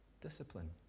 discipline